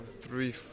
three